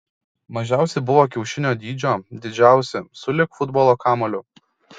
mažiausi buvo kiaušinio dydžio didžiausi sulig futbolo kamuoliu